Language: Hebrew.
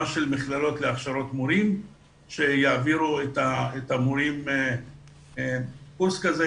של מכללות להכשרות מורים שיעבירו את המורים קורס כזה.